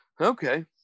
Okay